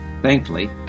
Thankfully